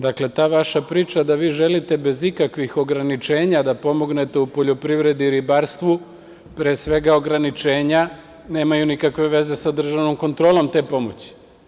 Dakle, ta vaša priča da vi želite bez ikakvih ograničenja da pomognete u poljoprivredi i ribarstvu, pre svega ograničenja, nemaju nikakve veze sa državnom kontrolom te pomoći.